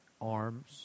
arms